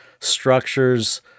structures